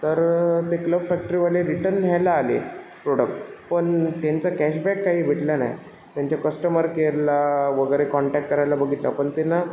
तर ते क्लब फॅक्टरीवाले रिटन घ्यायला आले प्रोडक पण त्यांचा कॅशबॅक काही भेटला नाही त्यांच्या कस्टमर केअरला वगैरे कॉंटॅक करायला बघितला पण ते ना